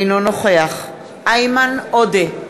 אינו נוכח איימן עודה,